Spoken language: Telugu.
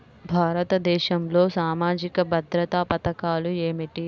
భారతదేశంలో సామాజిక భద్రతా పథకాలు ఏమిటీ?